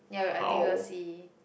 ya we'll I think we'll see